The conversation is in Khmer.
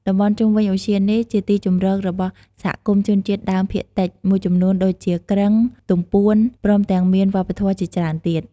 តំបន់ជុំវិញឧទ្យាននេះជាទីជម្រករបស់សហគមន៍ជនជាតិដើមភាគតិចមួយចំនួនដូចជាគ្រឹង ទំពួន ព្រមទាំងមានវប្បធម៌ជាច្រើនទៀត។